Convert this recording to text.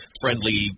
friendly